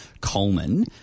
Coleman